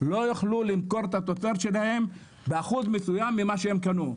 לא יוכלו למכור את התוצרת שלהם באחוז מסוים ממה שהם קנו,